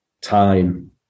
time